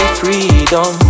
freedom